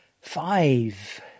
five